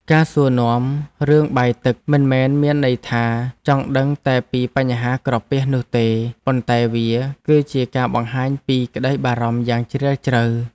ការសួរនាំរឿងបាយទឹកមិនមែនមានន័យថាចង់ដឹងតែពីបញ្ហាក្រពះនោះទេប៉ុន្តែវាគឺជាការបង្ហាញពីក្តីបារម្ភយ៉ាងជ្រាលជ្រៅ។